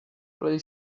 play